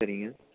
சரிங்க